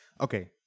okay